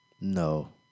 no